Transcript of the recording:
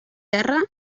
terra